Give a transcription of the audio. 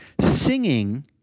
singing